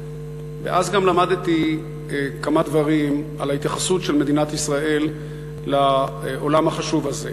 ואז גם למדתי כמה דברים על ההתייחסות של מדינת ישראל לעולם החשוב הזה,